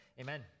Amen